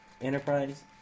Enterprise